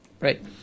Right